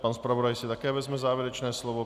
Pan zpravodaj si také vezme závěrečné slovo.